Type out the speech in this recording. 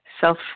self